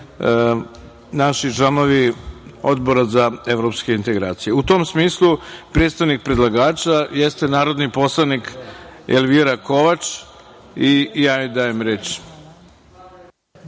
naši članovi Odbora za Evropske integracije.U tom smislu, predstavnik predlagača jeste narodni poslanik Elvira Kovač i ja joj dajem reč.